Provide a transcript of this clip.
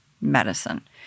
medicine